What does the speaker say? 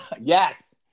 Yes